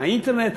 האינטרנט,